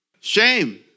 Shame